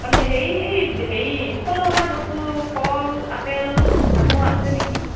হেৰি এই হেৰি কল আপেল আঙুৰ আছে নেকি